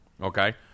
Okay